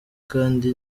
kandi